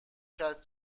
کرد